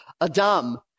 Adam